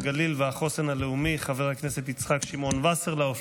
הגליל והחוסן הלאומי חבר הכנסת יצחק שמעון וסרלאוף